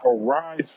arise